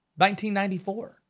1994